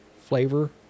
flavor